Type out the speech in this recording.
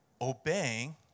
obeying